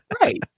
Right